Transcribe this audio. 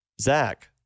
Zach